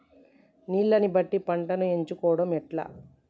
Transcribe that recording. నీళ్లని బట్టి పంటను ఎంచుకోవడం ఎట్లా?